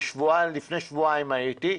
לפני שבועיים הייתי,